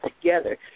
together